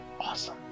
awesome